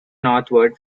northward